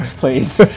please